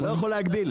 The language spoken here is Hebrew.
אתה לא יכול להגדיל,